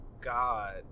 God